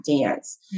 dance